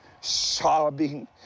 sobbing